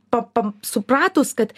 pa pa supratus kad